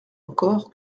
encore